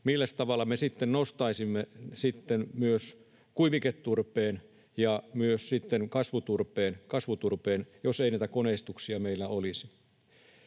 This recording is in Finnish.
Milläs tavalla me sitten nostaisimme kuiviketurpeen ja myös sitten kasvuturpeen, jos ei niitä koneistuksia meillä olisi?